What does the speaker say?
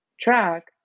track